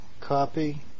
copy